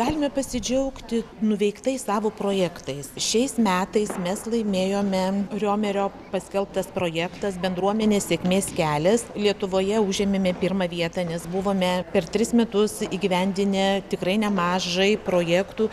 galime pasidžiaugti nuveiktais savo projektais šiais metais mes laimėjome riomerio paskelbtas projektas bendruomenės sėkmės kelias lietuvoje užėmėme pirmą vietą nes buvome per tris metus įgyvendinę tikrai nemažai projektų